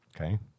Okay